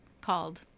called